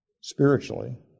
spiritually